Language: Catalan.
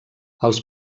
els